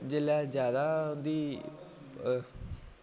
जेल्लै जादै उं'दी अअअ